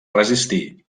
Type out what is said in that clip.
resistir